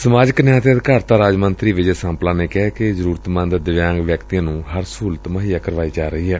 ਸਮਾਜਿਕ ਨਿਆਂ ਤੇ ਅਧਿਕਾਰਤਾ ਰਾਜ ਮੰਤਰੀ ਵਿਜੇ ਸਾਂਪਲਾ ਨੇ ਕਿਹਾ ਕਿ ਜ਼ਰੁਰਤਮੰਦ ਦਿਵਿਆਂਗ ਵਿਅਕਤੀਆਂ ਨੂੰ ਹਰ ਸਹੁਲਤ ਮੁਹੱਈਆ ਕਰਵਾਈ ਜਾ ਰਹੀ ਏ